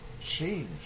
change